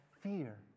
fear